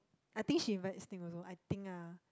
I think she invite Steve also I think ah